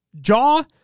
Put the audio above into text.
Jaw